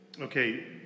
okay